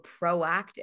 proactive